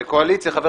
פולקמן.